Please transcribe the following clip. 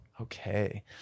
okay